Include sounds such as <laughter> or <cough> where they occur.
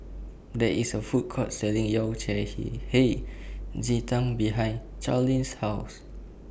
There IS A Food Court Selling Yao Cai <unintelligible> Hei Ji Tang behind Charleen's House